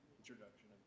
Introduction